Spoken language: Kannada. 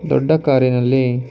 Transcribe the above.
ದೊಡ್ಡ ಕಾರಿನಲ್ಲಿ